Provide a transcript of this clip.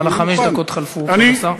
אבל חמש הדקות חלפו, כבוד השר.